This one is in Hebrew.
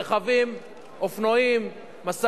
רכבים, אופנועים, משאיות,